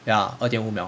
ya 二点五秒